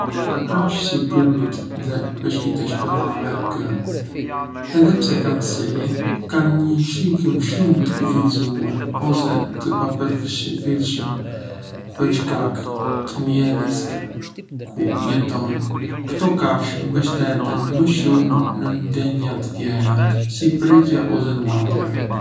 Ka kafshë si kërmijtë dhe peshqit e shpellave që, edhe pse kanë sy, kanë një shikim shumë të kufizuar ose të papërfillshëm për shkak të mjedisit ku jetojnë. Ktò kafshë mbështeten më shumë në ndjenja të tjera, si prekja ose nuhatja.